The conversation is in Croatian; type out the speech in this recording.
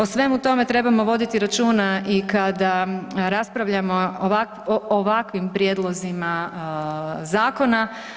O svemu tome trebamo voditi računa i kada raspravljamo o ovakvim prijedlozima zakona.